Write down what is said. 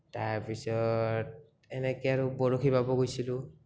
তাৰপিছত এনেকে আৰু বৰশী বাব গৈছিলোঁ